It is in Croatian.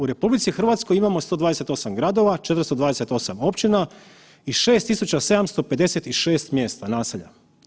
U RH imamo 128 gradova, 428 općina i 6756 mjesta, naselja.